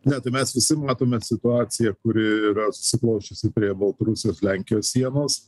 ne tai mes visi matome situaciją kuri yra susiklosčiusi prie baltarusijos lenkijos sienos